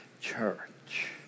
church